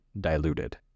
diluted